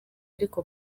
ariko